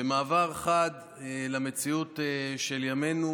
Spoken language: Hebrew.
במעבר חד למציאות של ימינו,